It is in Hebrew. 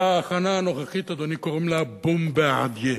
התחנה הנוכחית, אדוני, קוראים לה "בומברדיה".